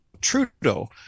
Trudeau